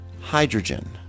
hydrogen